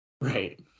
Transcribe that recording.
Right